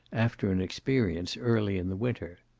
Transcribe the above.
after an experience early in the winter.